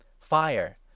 fire